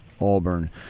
Auburn